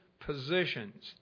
positions